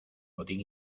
botín